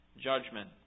judgment